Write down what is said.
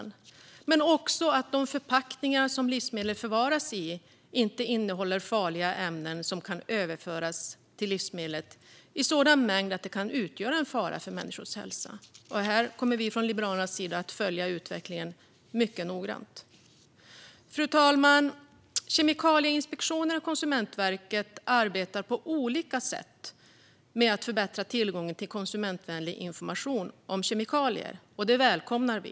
Men det handlar också om att de förpackningar som livsmedlet förvaras i inte innehåller farliga ämnen som kan överföras till livsmedlet i sådan mängd att det kan utgöra en fara för människors hälsa. Här kommer vi från Liberalernas sida att följa utvecklingen mycket noggrant. Fru talman! Kemikalieinspektionen och Konsumentverket arbetar på olika sätt med att förbättra tillgången till konsumentvänlig information om kemikalier. Detta välkomnar vi.